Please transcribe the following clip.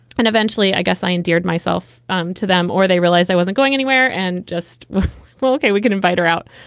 and eventually, i guess i endeared myself um to them or they realized i wasn't going anywhere and just felt like we could invite her out.